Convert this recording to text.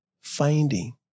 Finding